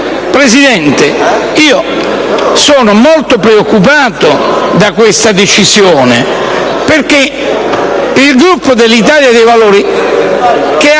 Presidente, sono molto preoccupato da questa decisione, e il Gruppo dell'Italia dei Valori, che ha